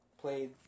played